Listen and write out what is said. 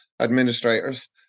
administrators